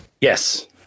yes